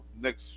next